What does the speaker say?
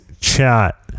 Chat